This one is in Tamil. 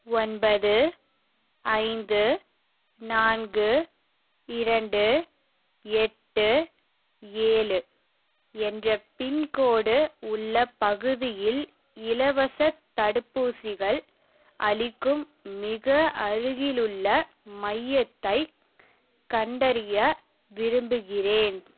ஒன்பது ஐந்து நான்கு இரண்டு எட்டு ஏழு என்ற பின்கோட் உள்ள பகுதியில் இலவசத் தடுப்பூசிகள் அளிக்கும் மிக அருகிலுள்ள மையத்தைக் கண்டறிய விரும்புகிறேன்